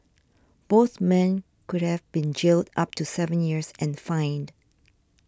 both men could have been jailed up to seven years and fined